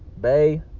Bay